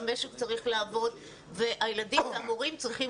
המשק צריך לעבוד והילדים והמורים צריכים